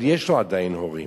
אבל יש לו עדיין הורים.